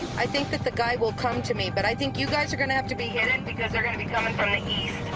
i think that the guy will come to me but i think you guys are going to have to be in it because they're going to be coming from the east.